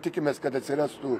tikimės kad atsirastų